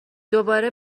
دوباره